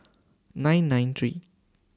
nine nine three